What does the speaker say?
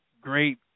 great